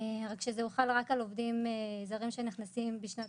רק שזה הוחל רק על עובדים זרים שנכנסים בשנת